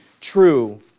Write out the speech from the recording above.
true